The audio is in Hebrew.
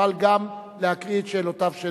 תוכל גם להקריא את שאלותיו.